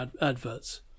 adverts